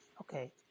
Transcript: okay